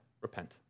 Repent